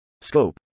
Scope